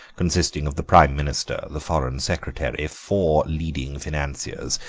consisting of the prime minister, the foreign secretary, four leading financiers,